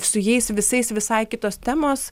su jais visais visai kitos temos